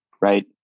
right